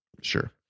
sure